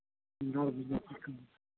ᱵᱮᱸᱜᱟᱲ ᱵᱤᱞᱟᱹᱛᱤ ᱠᱚ